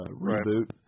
reboot